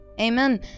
Amen